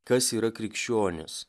kas yra krikščionis